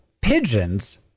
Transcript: pigeons